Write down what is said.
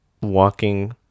walking